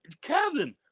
Kevin